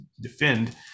defend